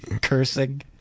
cursing